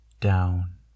down